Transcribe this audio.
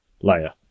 layer